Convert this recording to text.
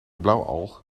blauwalg